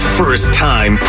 first-time